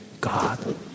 God